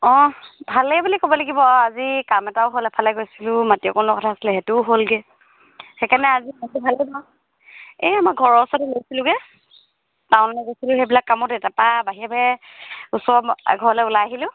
অঁ ভালেই বুলি ক'ব লাগিব আৰু আজি কাম এটাও হ'ল এফালে গৈছিলোঁ মাটি অকণ লোৱাৰ কথা আছিলে সেইটোও হ'লগৈ সেইকাৰণে আজি মনটো ভালেই বাৰু এই আমাৰ ঘৰৰ ওচৰতে লৈছিলোঁগে টাউনলৈ গৈছিলোঁ সেইবিলাক কামতে তাৰপৰা বাহিৰে বাহিৰে ওচৰৰ এঘৰলৈ ওলাই আহিলোঁ